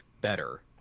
better